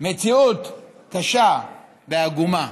מציאות קשה ועגומה.